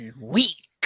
Weak